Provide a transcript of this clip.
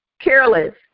careless